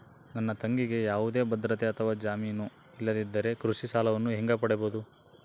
ನನ್ನ ತಂಗಿಗೆ ಯಾವುದೇ ಭದ್ರತೆ ಅಥವಾ ಜಾಮೇನು ಇಲ್ಲದಿದ್ದರೆ ಕೃಷಿ ಸಾಲವನ್ನು ಹೆಂಗ ಪಡಿಬಹುದು?